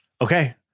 Okay